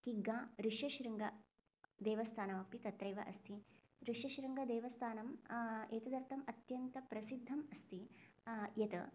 किग्गा ऋष्यशृङ्गदेवस्थानम् अपि तत्रैव अस्ति ऋष्यशृङ्गदेवस्थानम् एतदर्थम् अत्यन्तप्रसिद्धम् अस्ति यत्